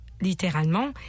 Littéralement, «